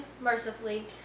mercifully